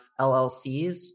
LLCs